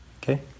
Okay